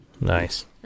Nice